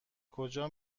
کجا